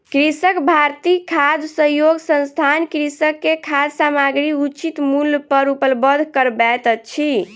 कृषक भारती खाद्य सहयोग संस्थान कृषक के खाद्य सामग्री उचित मूल्य पर उपलब्ध करबैत अछि